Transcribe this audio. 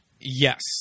Yes